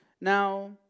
Now